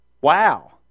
Wow